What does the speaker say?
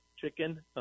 Chicken